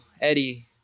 Eddie